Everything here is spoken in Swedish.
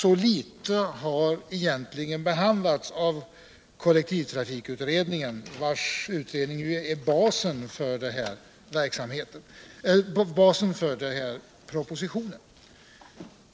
Detta har inte behandlats mycket av periodkortsutredningen, som ju är basen för propositionen.